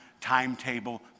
timetable